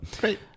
Great